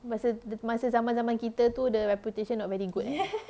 masa masa zaman-zaman kita tu the reputation not very good ah